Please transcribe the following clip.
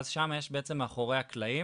ואז שם יש בעצם מאחורי הקלעים,